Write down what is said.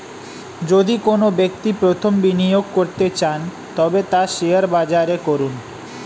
যদি কোনো ব্যক্তি প্রথম বিনিয়োগ করতে চান তবে তা শেয়ার বাজারে করুন